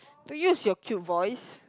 don't use your cute voice